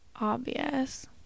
obvious